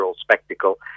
spectacle